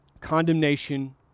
condemnation